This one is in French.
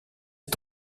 est